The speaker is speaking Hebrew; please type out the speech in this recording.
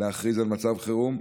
להכריז על מצב חירום,